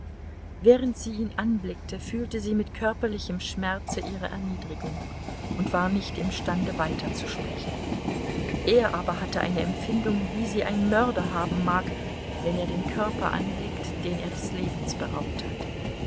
während sie ihn anblickte fühlte sie mit körperlichem schmerze ihre erniedrigung und war nicht imstande weiterzusprechen er aber hatte eine empfindung wie sie ein mörder haben mag wenn er den körper anblickt den er des lebens beraubt hat